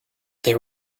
they